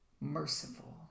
merciful